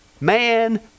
man